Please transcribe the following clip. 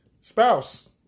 spouse